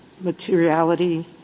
materiality